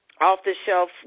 off-the-shelf